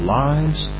lives